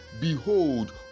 Behold